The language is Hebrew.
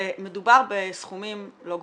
מדובר בסכומים לא גבוהים.